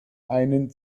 einen